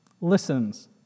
listens